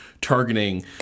targeting